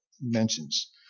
mentions